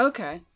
Okay